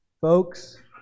folks